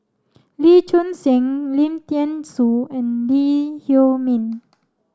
Lee Choon Seng Lim Thean Soo and Lee Huei Min